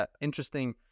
interesting